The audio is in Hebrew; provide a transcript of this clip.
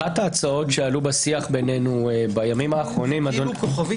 אחת ההצעות שעלו בשיח בינינו בימים האחרונים בימים